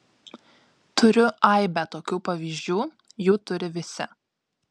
turiu aibę tokių pavyzdžių jų turi visi